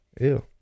Ew